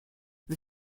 the